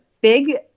big